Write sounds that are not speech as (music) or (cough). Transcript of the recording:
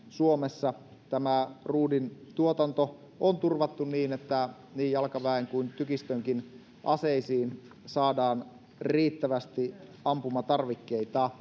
(unintelligible) suomessa ruudintuotanto on turvattu niin että niin jalkaväen kuin tykistönkin aseisiin saadaan riittävästi ampumatarvikkeita (unintelligible)